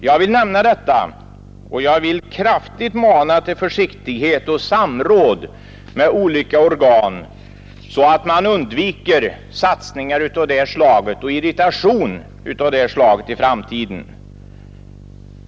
Jag vill nämna detta, och jag vill kraftigt mana till försiktighet och samråd med olika organ, så att man i framtiden undviker satsningar som leder till irritation av det slaget.